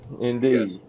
Indeed